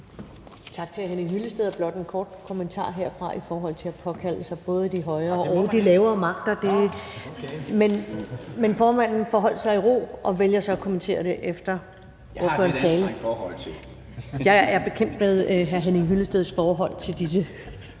Tak til hr. Henning Hyllested – og blot en kort kommentar herfra i forhold til at påkalde sig både de højere og de lavere magter: Formanden forholdt sig i ro og vælger så at kommentere det efter ordførerens tale. (Henning Hyllested (EL): Jeg har et